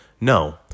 No